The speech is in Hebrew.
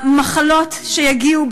המחלות שיגיעו,